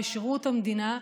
בשירות המדינה,